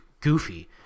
goofy